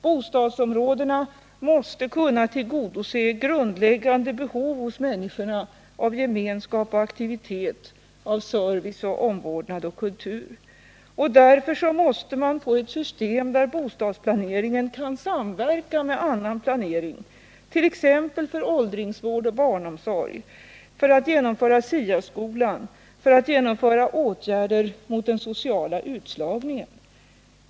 Bostadsområdena måste kunna tillgodose grundläggande behov hos människorna av gemenskap, aktivitet, service, omvårdnad och kultur. Därför måste man få ett system där bostadsplaneringen kan samverka med annan planering, t.ex. för åldringsvård och barnomsorg, för att genomföra SIA-skolan, för att genomföra åtgärder mot den sociala utslagningen.